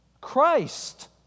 Christ